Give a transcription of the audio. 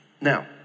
Now